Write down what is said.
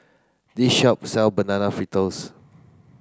this shop sell banana fritters